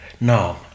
No